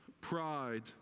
pride